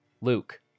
Luke